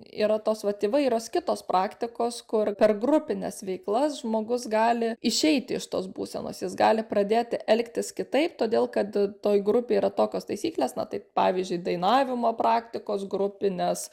yra tos vat įvairios kitos praktikos kur per grupines veiklas žmogus gali išeiti iš tos būsenos jis gali pradėti elgtis kitaip todėl kad toj grupėj yra tokios taisyklės na tai pavyzdžiui dainavimo praktikos grupinės